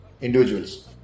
individuals